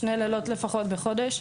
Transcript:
שני לילות לפחות בחודש.